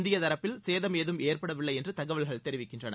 இந்திய தரப்பில் சேதம் எதுவும் ஏற்படவில்லை என்று தகவல்கள் தெரிவிக்கின்றன